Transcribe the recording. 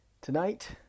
Tonight